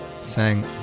sang